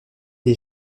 des